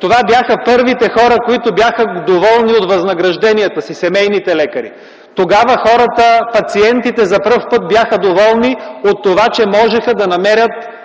Това бяха първите хора, които бяха доволни от възнагражденията си – семейните лекари. Тогава хората, пациентите за пръв път бяха доволни от това, че можеха да намерят доктора си